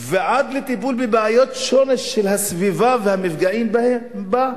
ועד לטיפול בבעיות שורש של הסביבה והמפגעים בה,